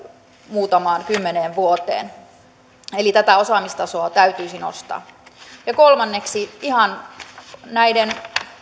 muutamaan kymmeneen vuoteen eli tätä osaamistasoa täytyisi nostaa ja kolmanneksi ihan näiden